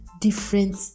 Different